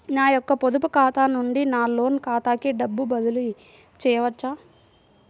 నా యొక్క పొదుపు ఖాతా నుండి నా లోన్ ఖాతాకి డబ్బులు బదిలీ చేయవచ్చా?